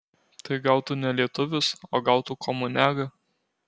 tai gal tu ne lietuvis o gal tu komuniaga